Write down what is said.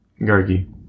Gargi